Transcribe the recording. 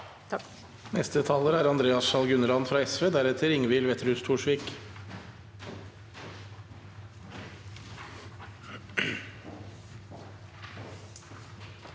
Takk